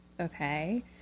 okay